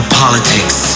politics